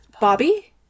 Bobby